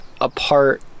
apart